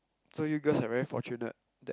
so you girls are very fortunate that